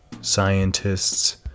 scientists